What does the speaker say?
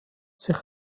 sich